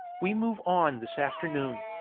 we move on this afternoon.